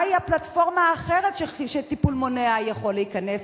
מהי הפלטפורמה האחרת שטיפול מונע יכול להיכנס,